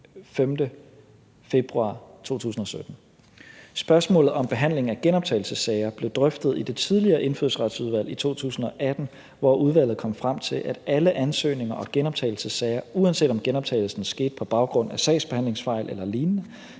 5. februar 2017. Spørgsmålet om behandling af genoptagelsessager blev drøftet i det tidligere Indfødsretsudvalg i 2018, hvor udvalget kom frem til, at alle ansøgninger og genoptagelsessager, uanset om genoptagelsen skete på baggrund af sagsbehandlingsfejl eller lignende,